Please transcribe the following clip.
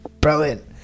brilliant